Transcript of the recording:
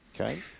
Okay